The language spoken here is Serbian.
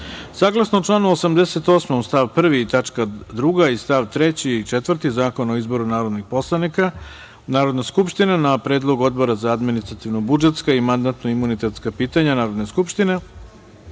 članu 88. stav 1. tačka 2) i st. 3. i 4. Zakona o izboru narodnih poslanika, Narodna skupština, na predlog Odbora za administrativno-budžetska i mandatno-imunitetska pitanja Narodne skupštine,